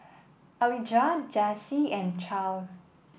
Elijah Jase and Charle